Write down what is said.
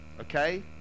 okay